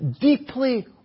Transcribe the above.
deeply